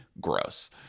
gross